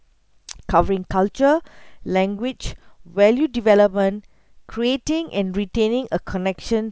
covering culture language value development creating and retaining a connection